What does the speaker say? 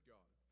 God